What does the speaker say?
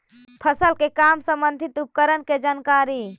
फसल के काम संबंधित उपकरण के जानकारी?